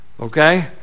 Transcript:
Okay